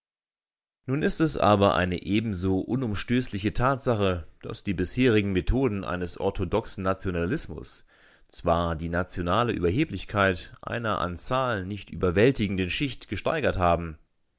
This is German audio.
nun ist es aber eine ebenso unumstößliche tatsache daß die bisherigen methoden eines orthodoxen nationalismus zwar die nationale überheblichkeit einer an zahl nicht überwältigenden schicht gesteigert haben